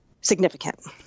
significant